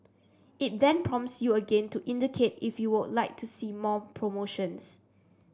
it then prompts you again to indicate if you would like to see more promotions